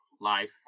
life